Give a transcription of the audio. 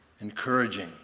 encouraging